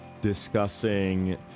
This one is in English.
discussing